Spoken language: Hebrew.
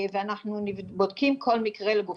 ואנחנו בודקים כל מקרה לגופו.